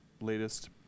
latest